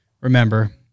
remember